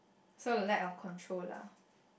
so the lack of control lah